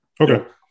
Okay